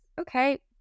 okay